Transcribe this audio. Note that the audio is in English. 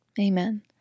Amen